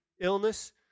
illness